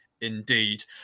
indeed